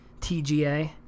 TGA